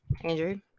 Andrew